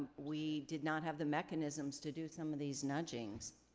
we did not have the mechanisms to do some of these nudgings.